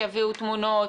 שיביאו תמונות,